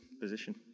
position